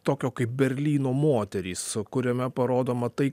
tokio kaip berlyno moterys kuriame parodoma tai